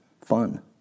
fun